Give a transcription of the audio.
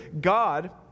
God